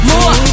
More